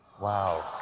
Wow